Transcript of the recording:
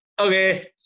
okay